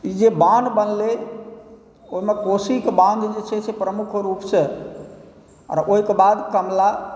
ई जे बान्ह बनलै ओहिमे कोशीके बान्ह जे छै से प्रमुख रूपसँ आओर ओहिके बाद कमला